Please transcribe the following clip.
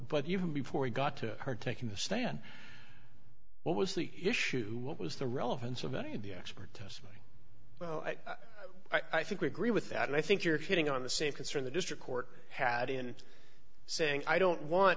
but even before we got to her taking the stand what was the issue what was the relevance of any of the expert testimony i think we agree with that and i think you're hitting on the same concern the district court had in saying i don't want